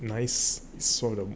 nice sort of